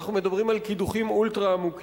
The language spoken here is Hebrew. אנחנו מדברים על קידוחים אולטרה-עמוקים.